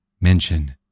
mention